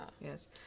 Yes